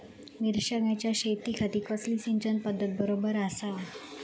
मिर्षागेंच्या शेतीखाती कसली सिंचन पध्दत बरोबर आसा?